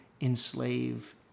enslave